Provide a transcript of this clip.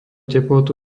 teplotu